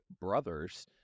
brothers